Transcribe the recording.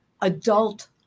adult